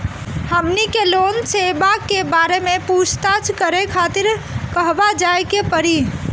हमनी के लोन सेबा के बारे में पूछताछ करे खातिर कहवा जाए के पड़ी?